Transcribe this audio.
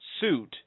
suit